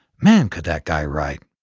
man, could that guy write.